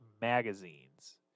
magazines